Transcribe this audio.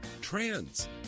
trans